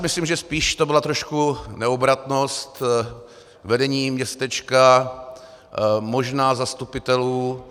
Myslím si, že spíš to byla trošku neobratnost vedení městečka, možná zastupitelů.